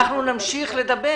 אנחנו נמשיך לדבר.